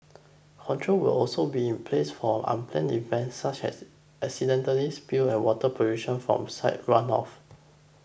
controls will also be in place for unplanned events such as accidental spills and water pollution from site runoff